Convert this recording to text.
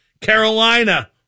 Carolina